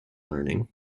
learning